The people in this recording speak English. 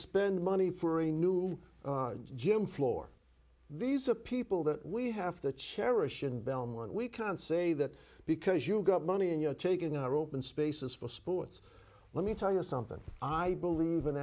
money for a new gym floor these are people that we have to cherish in belmont we can't say that because you got money and you're taking are open spaces for sports let me tell you something i believe in